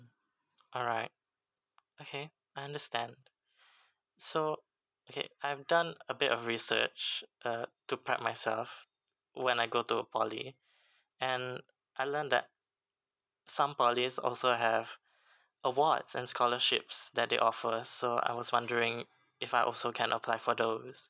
alright okay I understand so okay I've done a bit of research uh to prep myself when I go to poly and I learn that some polys also have awards and scholarships that they offer so I was wondering if I also can apply for those